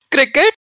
Cricket